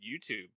youtube